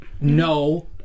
no